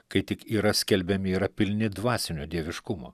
kai tik yra skelbiami yra pilni dvasinio dieviškumo